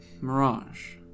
mirage